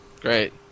Great